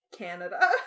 Canada